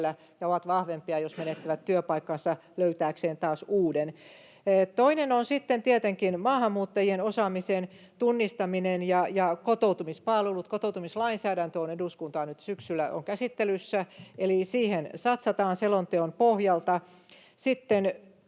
ja ovat, jos menettävät työpaikkansa, vahvempia löytääkseen taas uuden. Toinen on sitten tietenkin maahanmuuttajien osaamisen tunnistaminen ja kotoutumispalvelut. Kotoutumislainsäädäntö on eduskunnassa nyt syksyllä käsittelyssä, eli siihen satsataan selonteon pohjalta.